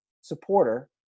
supporter